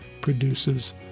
produces